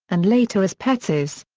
and later as petses.